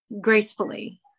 gracefully